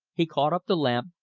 he caught up the lamp,